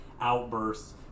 outbursts